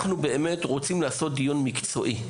אנחנו רוצים לעשות דיון מקצועי.